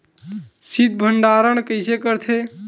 शीत भंडारण कइसे करथे?